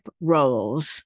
roles